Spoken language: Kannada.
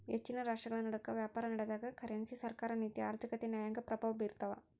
ಹೆಚ್ಚಿನ ರಾಷ್ಟ್ರಗಳನಡುಕ ವ್ಯಾಪಾರನಡೆದಾಗ ಕರೆನ್ಸಿ ಸರ್ಕಾರ ನೀತಿ ಆರ್ಥಿಕತೆ ನ್ಯಾಯಾಂಗ ಪ್ರಭಾವ ಬೀರ್ತವ